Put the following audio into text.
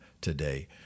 today